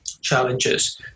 challenges